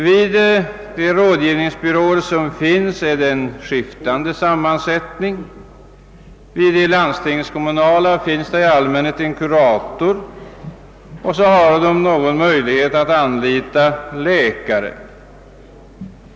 Vid de rådgivningsbyråer som finns är sammansättningen skiftande. Vid de landstingskommunala byråerna finns i allmänhet en kurator. Man har även möjlighet att anlita läkare.